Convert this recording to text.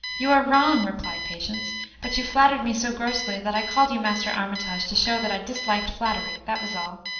you are wrong! replied patience but you flattered me so grossly, that i called you master armitage to show that i disliked flattery, that was all.